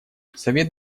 совет